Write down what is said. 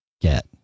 get